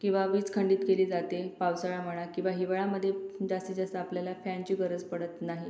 किंवा वीज खंडित केली जाते पावसाळा म्हणा किंवा हिवाळ्यामध्ये जास्तीत जास्त आपल्याला फॅनची गरज पडत नाही